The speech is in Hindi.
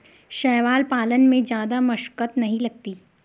शैवाल पालन में जादा मशक्कत नहीं लगती